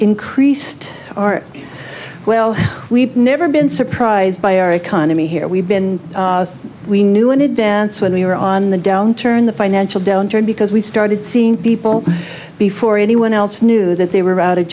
increased our well we've never been surprised by our economy here we've been we knew in advance when we were on the downturn the financial downturn because we started seeing people before anyone else knew that they were out of